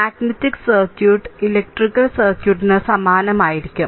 magnetic circuit ഏതാണ്ട് electrical സർക്യൂട്ടിന് സമാനമായിരിക്കും